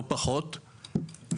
לא פחות,